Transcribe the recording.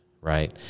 right